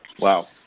wow